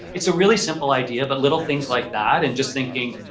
it's a really simple idea but little things like that and just thinking,